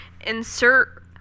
insert